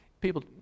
people